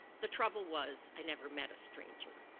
the trouble was i never met a stranger.